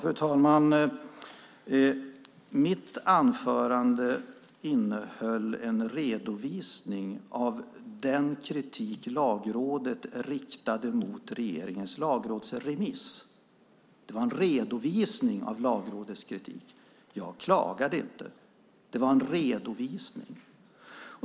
Fru talman! Mitt anförande innehöll en redovisning av den kritik Lagrådet riktade mot regeringens lagrådsremiss. Det var en redovisning av Lagrådets kritik. Jag klagade inte, utan det var en redovisning.